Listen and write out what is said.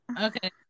Okay